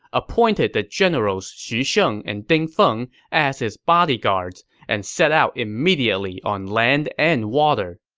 appointed the generals xu sheng and ding feng as his bodyguards, and set out immediately on land and water.